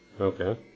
Okay